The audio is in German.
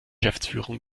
geschäftsführung